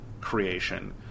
creation